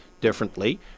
differently